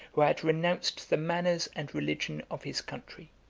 who had renounced the manners and religion of his country.